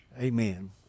amen